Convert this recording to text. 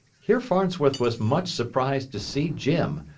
here farnsworth was much surprised to see jim,